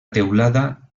teulada